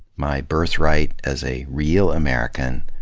my birthright as a real american,